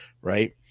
right